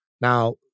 Now